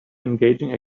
engaging